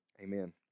amen